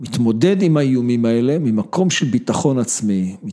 ‫מתמודד עם האיומים האלה ‫ממקום של ביטחון עצמי.